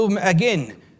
Again